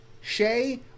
Shay